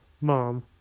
mom